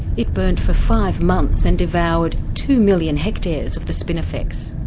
it burnt for five months and devoured two million hectares of the spinifex.